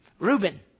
Reuben